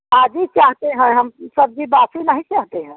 अभी चाहते हैं हम सब जी बात ही नहीं चाहते हैं